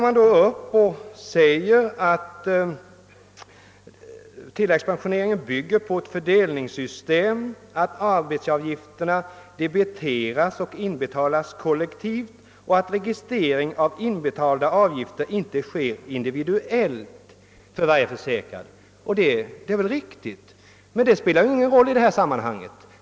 Man säger att tilläggspensioneringen bygger på ett fördelningssystem, att arbetsgivaravgifterna debiteras och inbetalas kollektivt och att registrering av inbetalda avgifter inte sker individuellt för varje försäkrad. Det är väl riktigt, men det spelar ingen roll i det här sammanhanget.